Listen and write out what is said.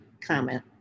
comment